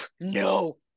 No